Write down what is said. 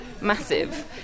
massive